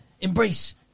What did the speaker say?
Embrace